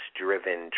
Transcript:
driven